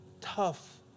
tough